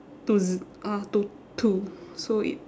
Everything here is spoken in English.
to z~ uh to two so it